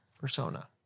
Persona